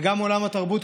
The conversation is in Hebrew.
וגם בעולם התרבות,